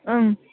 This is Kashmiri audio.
اۭں